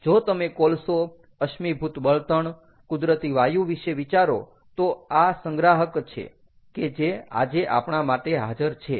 જો તમે કોલસો અશ્મિભૂત બળતણ કુદરતી વાયુ વિશે વિચારો તો આ સંગ્રાહક છે કે જે આજે આપણા માટે હાજર છે